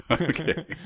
Okay